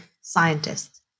scientists